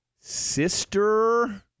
sister